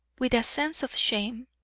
with a sense of shame,